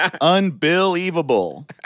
Unbelievable